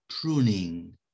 pruning